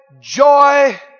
joy